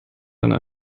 eine